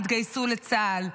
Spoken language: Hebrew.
יתגייסו לצה"ל,